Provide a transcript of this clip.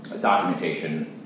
documentation